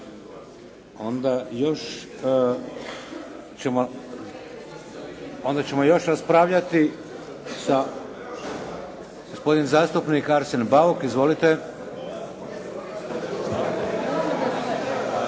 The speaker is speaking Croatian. Onda ćemo još raspravljati sa. Gospodin zastupnik Arsen Bauk. Izvolite.